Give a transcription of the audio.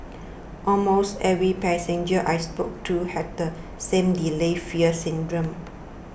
almost every passenger I spoke to had the same delayed fear syndrome